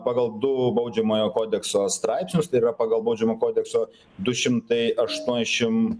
pagal du baudžiamojo kodekso straipsnius tai yra pagal baudžiamo kodekso du šimtai aštuonešim